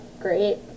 great